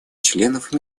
членов